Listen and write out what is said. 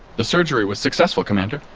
the surgery was successful, commander.